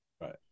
Right